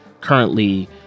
Currently